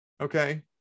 Okay